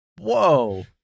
Whoa